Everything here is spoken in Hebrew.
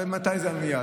ומתי זה "מייד".